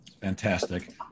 Fantastic